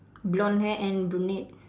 blonde hair and brunette